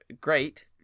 great